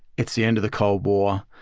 it's the end of the cold war.